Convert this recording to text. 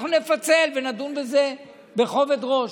אנחנו נפצל ונדון בזה בכובד ראש.